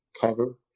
cover